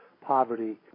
poverty